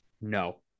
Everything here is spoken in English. No